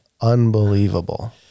unbelievable